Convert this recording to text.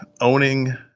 owning